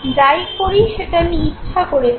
যাই করি সেটা আমি ইচ্ছে করে করছি